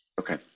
Okay